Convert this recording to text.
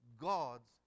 God's